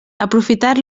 aprofitar